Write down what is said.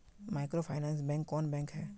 Microfinance bank कौन bank है?